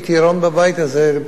כטירון בבית הזה,